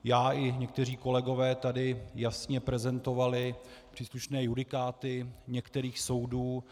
Já i někteří kolegové jsme tady jasně prezentovali příslušné judikáty některých soudů.